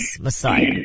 Messiah